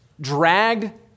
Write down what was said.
dragged